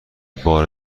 بار